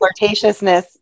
flirtatiousness